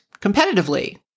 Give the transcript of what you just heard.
competitively